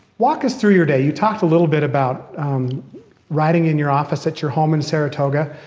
walk us through your day. you talked a little bit about writing in your office at your home in saratoga,